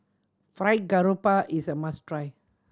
Fried Garoupa is a must try